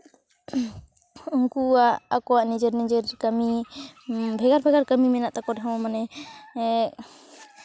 ᱩᱱᱠᱩᱣᱟᱜ ᱟᱠᱚ ᱱᱤᱡᱮᱨ ᱱᱤᱡᱮᱨ ᱠᱟᱹᱢᱤ ᱵᱷᱮᱜᱟᱨ ᱵᱷᱮᱜᱟᱨ ᱠᱟᱹᱢᱤ ᱢᱮᱱᱟᱜ ᱛᱟᱠᱚ ᱨᱮᱦᱚᱸ ᱢᱟᱱᱮ